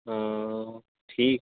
ہاں ٹھیک